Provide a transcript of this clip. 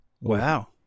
Wow